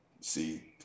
See